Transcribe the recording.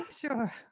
sure